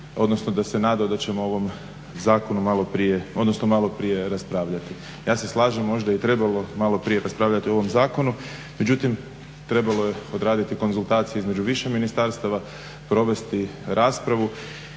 odnosno da se nadao da ćemo o ovom zakonu malo prije raspravljati. Ja se slažem možda je i trebalo malo prije raspravljati o ovom zakonu, međutim trebalo je odraditi konzultacije između više ministarstava provesti raspravu